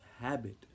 habit